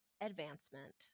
advancement